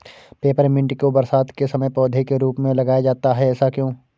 Peppermint को बरसात के समय पौधे के रूप में लगाया जाता है ऐसा क्यो?